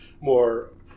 more